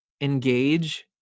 engage